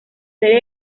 serie